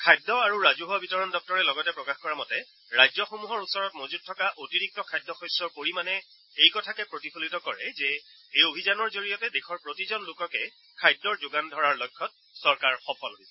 খাদ্য আৰু ৰাজহুৱা বিতৰণ দপ্তৰে লগতে প্ৰকাশ কৰা মতে ৰাজ্যসমূহৰ ওচৰত মজুত থকা অতিৰিক্ত খাদ্যশস্যৰ পৰিমাণে এই কথাকে প্ৰতিফলিত কৰে যে এই অভিযানৰ জৰিয়তে দেশৰ প্ৰতিজন লোককে খাদ্যৰ যোগান ধৰাৰ লক্ষ্যত চৰকাৰ সফল হৈছে